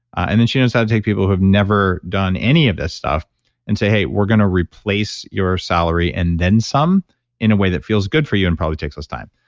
and then she knows how to take people who have never done any of this stuff and say, hey, we're going to replace your salary and then some in a way that feels good for you and probably takes less time.